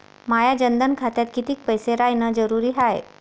माया जनधन खात्यात कितीक पैसे रायन जरुरी हाय?